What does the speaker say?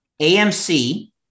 AMC